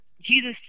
Jesus